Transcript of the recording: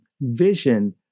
vision